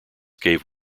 gave